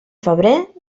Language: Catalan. febrer